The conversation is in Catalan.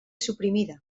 suprimida